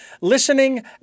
listening